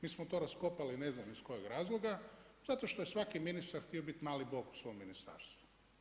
Mi smo to raskopali ne znam iz kojeg razloga, zato što je svaki ministar htio biti mali Bog u svom ministarstvu.